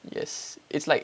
yes it's like